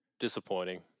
disappointing